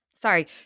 sorry